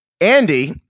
Andy